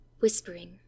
whispering